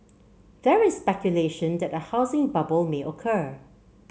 there is speculation that a housing bubble may occur